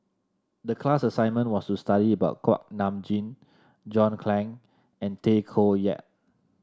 the class assignment was to study about Kuak Nam Jin John Clang and Tay Koh Yat